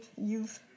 youth